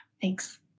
Thanks